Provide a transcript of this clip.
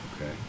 Okay